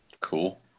Cool